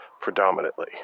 predominantly